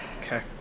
Okay